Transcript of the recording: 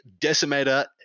Decimator